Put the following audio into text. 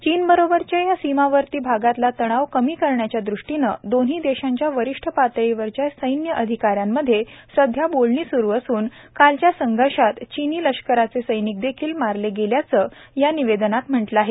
चीनबरोबरच्या या सीमावर्ती भागातला तणाव कमी करण्याच्या दृष्टीनं दोन्ही देशांच्या वरिष्ठ पातळीवरच्या सैन्य अधिकाऱ्यांमध्ये सध्या बोलणी सुरु असून कालच्या संघर्षात चिनी लष्कराचे सैनिक देखील मारले गेल्याचं या निवेदनात म्हटलं आहे